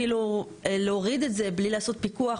כאילו להוריד את זה בלי לעשות פיקוח,